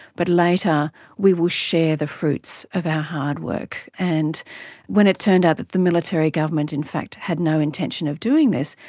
but later we will share the fruits of our hard work. and when it turned out that the military government in fact had no intention of doing this,